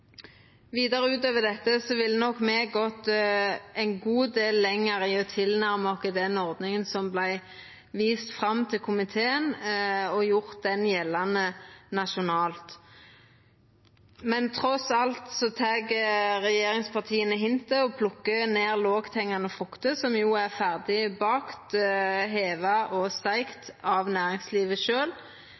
Vidare, utover dette: Me ville nok gått ein god del lenger i å tilnærma oss den ordninga som vart vist fram til komiteen, og gjort ho gjeldande nasjonalt. Men trass alt tek regjeringspartia hintet og plukkar ned lågthengjande frukter, som jo er ferdig bakte, heva og steikte av næringslivet